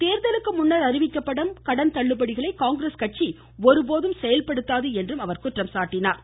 தேர்தலுக்கு முன்னர் அறிவிக்கப்படும் கடன் தள்ளுபடிகளை காங்கிரஸ் கட்சி ஒருபோதும் செயல்படுத்தாது என்றும் குறை கூறினார்